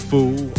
Fool